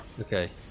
Okay